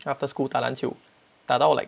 after school 打篮球打到 like